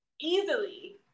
easily